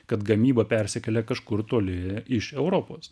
kad gamyba persikelia kažkur toli iš europos